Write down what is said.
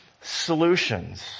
solutions